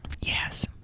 Yes